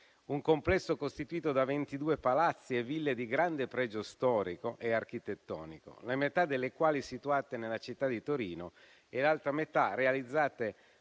un complesso costituito da 22 palazzi e ville di grande pregio storico ed architettonico, la metà delle quali situate nella città di Torino e l'altra metà realizzate